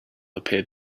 appeared